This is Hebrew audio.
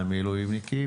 מהמילואימניקים,